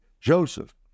Joseph